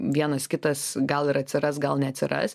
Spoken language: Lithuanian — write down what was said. vienas kitas gal ir atsiras gal neatsiras